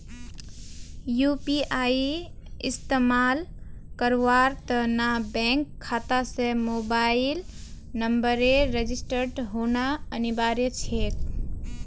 UPI इस्तमाल करवार त न बैंक खाता स मोबाइल नंबरेर रजिस्टर्ड होना अनिवार्य छेक